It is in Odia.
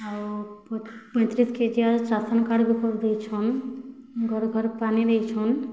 ଆଉ ପଇଁତିରିଶି କେଜିଆ ରାସନ୍ କାର୍ଡ଼ ବି ଦେଇଛନ୍ ଘର ଘର୍ ପାନି ଦେଇଛନ୍